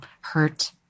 hurt